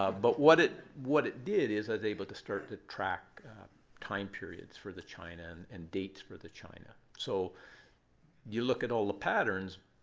ah but what it what it did is i was able to start to track time periods for the china and dates for the china. so you look at all the patterns,